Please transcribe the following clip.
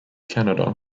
canada